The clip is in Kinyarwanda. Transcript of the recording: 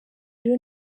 ariko